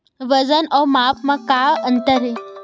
वजन अउ माप म का अंतर हे?